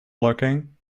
lurking